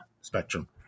Spectrum